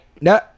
No